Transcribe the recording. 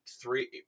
three